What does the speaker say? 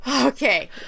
Okay